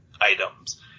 items